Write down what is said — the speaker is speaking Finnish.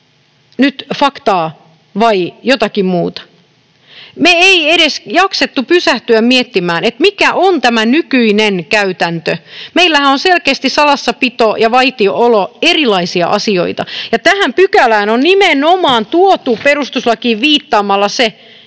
nyt faktaa vai jotakin muuta. Me emme edes jaksaneet pysähtyä miettimään, mikä on tämä nykyinen käytäntö. Meillähän on selkeästi salassapito ja vaitiolo erilaisia asioita, ja tähän pykälään on nimenomaan tuotu perustuslakiin viittaamalla se,